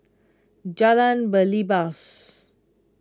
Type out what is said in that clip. Jalan Belibas